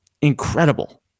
incredible